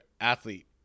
athlete